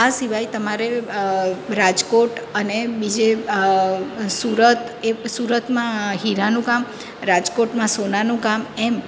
આ સિવાય તમારે રાજકોટ અને બીજે સુરત એ સુરતમાં હીરાનું કામ રાજકોટમાં સોનાનું કામ એમ